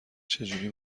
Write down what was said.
چجوری